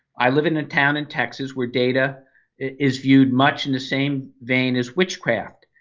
i live in a town in texas where data is viewed much in the same vein as witchcraft.